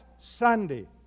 Sunday